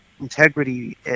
integrity